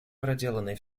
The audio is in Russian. проделанной